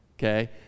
Okay